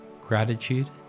gratitude